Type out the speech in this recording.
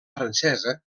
francesa